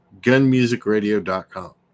gunmusicradio.com